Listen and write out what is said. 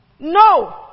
No